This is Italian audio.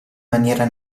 maniera